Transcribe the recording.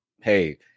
hey